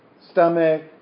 stomach